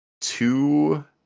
two